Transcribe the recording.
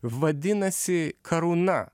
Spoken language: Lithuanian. vadinasi karūna